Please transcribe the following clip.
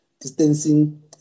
distancing